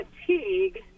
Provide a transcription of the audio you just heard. fatigue